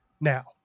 Now